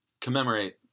commemorate